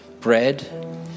bread